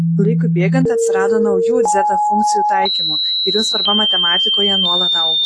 laikui bėgant atsirado naujų dzeta funkcijų taikymų ir jų svarba matematikoje nuolat augo